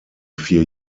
vier